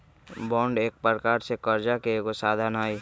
bond एक प्रकार से करजा के एगो साधन हइ